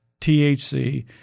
THC